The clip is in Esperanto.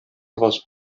havas